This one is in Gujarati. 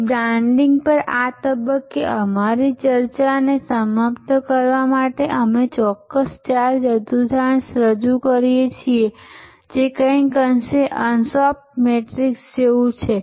તેથી બ્રાંડિંગ પર આ તબક્કે અમારી ચર્ચાને સમાપ્ત કરવા માટે અમે આ ચોક્કસ ચાર ચતુર્થાંશ રજૂ કરીએ છીએ જે કંઈક અંશેansoff મેટ્રિક્સજેવું જ છે